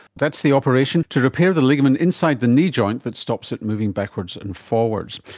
that's the operation to repair the ligament inside the knee joint that stops it moving backwards and forwards.